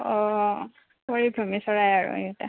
অঁ পৰিভ্ৰমী চৰাই আৰু সেইকেইটা